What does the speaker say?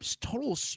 total